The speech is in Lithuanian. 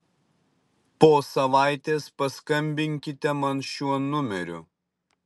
po savaitės paskambinkite man šiuo numeriu